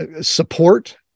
support